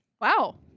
Wow